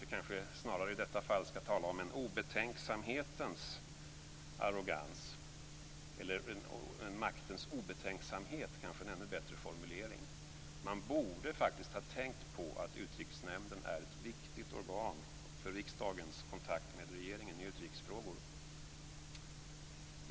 Vi kanske snarare i detta fall ska tala om en obetänksamhetens arrogans. Maktens obetänksamhet är kanske en ännu bättre formulering. Man borde faktiskt ha tänkt på att Utrikesnämnden är ett viktigt organ för riksdagens konstakter med regeringen i utrikesfrågor.